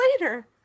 later